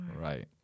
Right